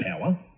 power